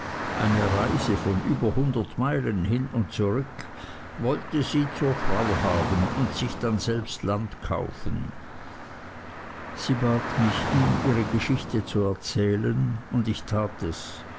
eine reise von über hundert meilen hin und zurück wollte sie zur frau haben und sich dann selbst land kaufen sie bat mich ihm ihre geschichte zu erzählen und ich tat es